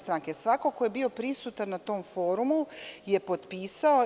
Svako ko je bio prisutan na tom forumu je potpisao.